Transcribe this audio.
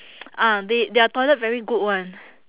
ah they their toilet very good [one]